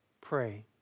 pray